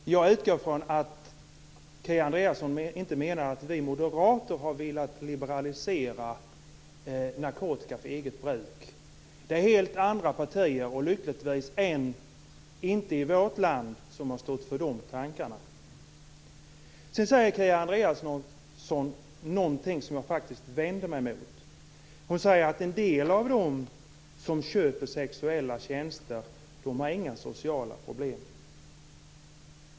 Fru talman! Jag utgår från att Kia Andreasson inte menar att vi moderater har velat liberalisera reglerna när det gäller eget bruk av narkotika. Det är helt andra partier - lyckligtvis ännu inga i vårt land - som har stått för de tankarna. Sedan säger Kia Andreasson någonting som jag faktiskt vänder mig mot. Hon säger att en del av dem som köper sexuella tjänster inte har några sociala problem.